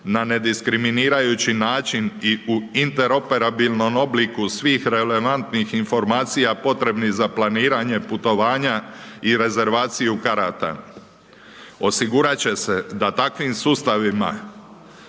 na nediskriminirajuću način i u interoperabilnom obliku svih relevantnih informacija potrebnih za planiranje putovanja i rezervaciju karata. Osigurati će se da takvim sustavima,